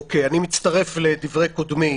אני מצטרף לדברי קודמי